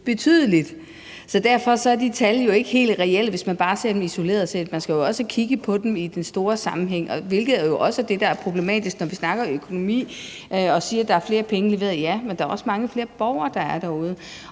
betydeligt. Så derfor er de tal jo ikke helt reelle, hvis man bare ser dem isoleret set – man skal også kigge på dem i den store sammenhæng, hvilket også er det, der er problematisk, når vi snakker økonomi og siger, at der er flere penge. Det ved jeg, ja, men der er også mange flere borgere derude.